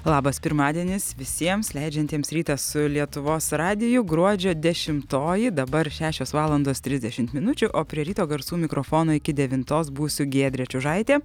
labas pirmadienis visiems leidžiantiems rytą su lietuvos radiju gruodžio dešimtoji dabar šešios valandos trisdešimt minučių o prie ryto garsų mikrofono iki devintos būsiu giedrė čiužaitė